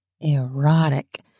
erotic